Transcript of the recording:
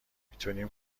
میتونیم